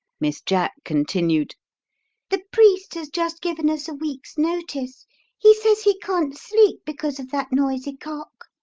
miss jack continued the priest has just given us a week's notice he says he can't sleep because of that noisy cock.